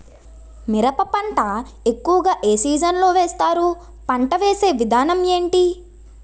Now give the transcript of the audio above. మిరప పంట ఎక్కువుగా ఏ సీజన్ లో వేస్తారు? పంట వేసే విధానం ఎంటి?